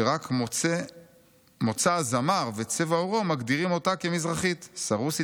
שרק מוצא הזמר וצבע עורו מגדירים אותה כמזרחית (סרוסי,